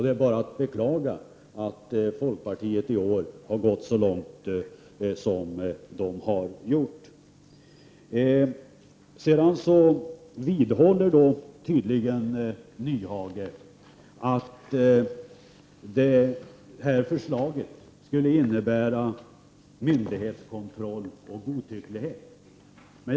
Det är bara att beklaga att fokpartiet i år har gått så pass långt. Hans Nyhage vidhåller tydligen att detta förslag skulle innebära myndighetskontroll och godtycke.